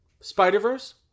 Spider-Verse